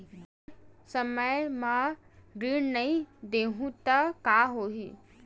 मैं समय म ऋण नहीं देहु त का होही